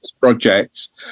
projects